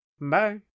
Bye